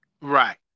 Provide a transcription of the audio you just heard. Right